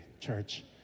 church